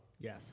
Yes